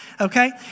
okay